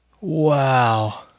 Wow